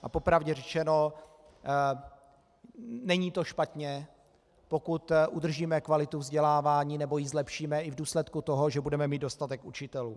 Po pravdě řečeno, není to špatně, pokud udržíme kvalitu vzdělávání nebo ji zlepšíme i v důsledku toho, že budeme mít dostatek učitelů.